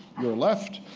your left,